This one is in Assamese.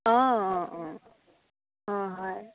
অঁ অঁ অঁ অঁ হয়